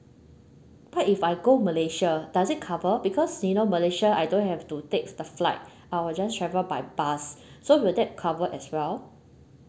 what if I go malaysia does it cover because you know malaysia I don't have to take the flight I will just travel by bus so would that cover as well